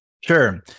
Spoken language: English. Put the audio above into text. Sure